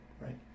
right